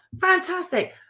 Fantastic